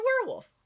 werewolf